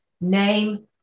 name